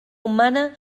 humana